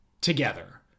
together